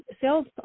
sales